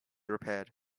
repaired